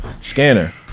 scanner